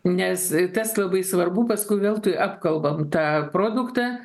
nes tas labai svarbu paskui veltui apkalbam tą produktą